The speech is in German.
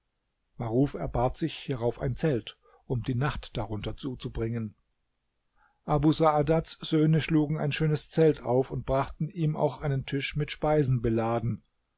maruf erbat sich hierauf ein zelt um die nacht darunter zuzubringen abu saadats söhne schlugen ein schönes zelt auf und brachten ihm auch einen tisch mit speisen beladen